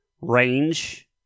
range